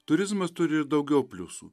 turizmas turi ir daugiau pliusų